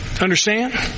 Understand